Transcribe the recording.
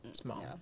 Small